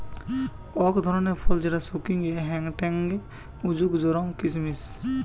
অক ধরণের ফল যেটা শুকিয়ে হেংটেং হউক জেরোম কিসমিস